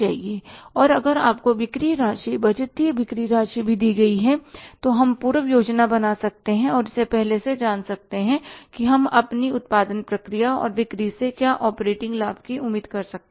और अगर आपको बिक्री राशि बजटीय बिक्री राशि भी दी जाती है तो हम पूर्व योजना बना सकते हैं और इसे पहले से जान सकते हैं कि हम अपनी उत्पादन प्रक्रिया और बिक्री से क्या ऑपरेटिंग लाभ की उम्मीद कर सकते हैं